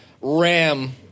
ram